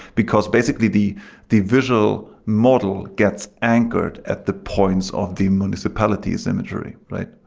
because basically the the visual model gets anchored at the points of the municipality's imagery, right?